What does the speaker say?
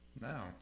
No